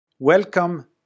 Welcome